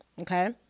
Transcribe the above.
okay